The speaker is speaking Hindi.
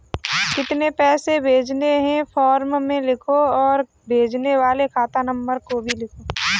कितने पैसे भेजने हैं फॉर्म में लिखो और भेजने वाले खाता नंबर को भी लिखो